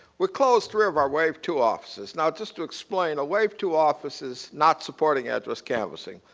we closed three of our wave two offices. now just to explain, wave two offices, not supporting address canvassing,